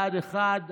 בעד, אחד.